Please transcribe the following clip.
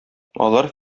алар